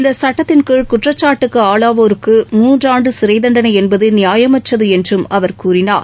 இந்த சட்டத்தின் கீழ் குற்றச்சாட்டுக்கு ஆளாவோருக்கு மூன்றாண்டு சிறை தண்டனை என்பது நியாயமற்றது என்றும் கூறினார்